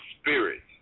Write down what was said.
spirits